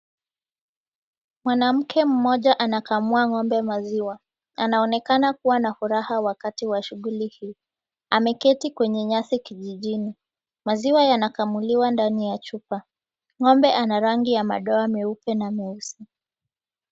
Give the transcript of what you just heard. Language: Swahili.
Mwanamke mmoja anakamua ng'ombe maziwa anaonekana kuwa na furaha wakati wa shughuli hii. Ameketi kwenye nyasi kijijini. Maziwa yanakamuliwa ndani ya chupa. Ng'ombe ana rangi ya madoa meupe na meusi.